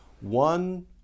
one